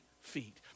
feet